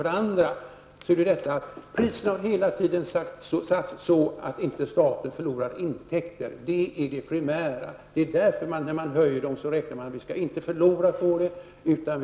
För det andra har man hela tiden när priser har fastställts utgått från att staten inte skall gå miste om intäkter. Det har varit det primära. När höjningar görs räknar man med att det inte skall bli någon förlust.